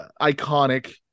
iconic